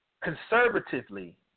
conservatively